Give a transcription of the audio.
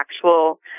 actual